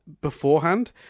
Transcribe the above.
beforehand